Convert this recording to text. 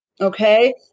Okay